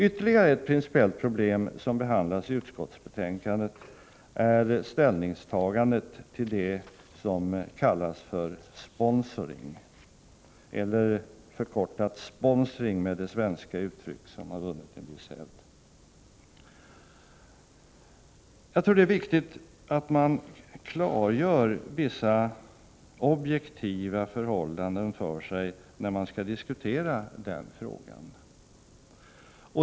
Ytterligare ett principiellt problem som behandlas i utskottsbetänkandet är ställningstagandet till det som kallas för sponsorering, eller förkortat sponsring med det svenska uttryck som har vunnit en viss hävd. Det är viktigt att man klargör för sig vissa objektiva förhållanden när man skall diskutera den frågan.